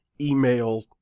email